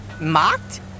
mocked